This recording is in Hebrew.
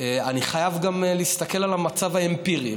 אני חייב גם להסתכל על המצב האמפירי,